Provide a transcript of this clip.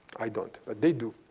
i don't, but they do.